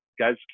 guys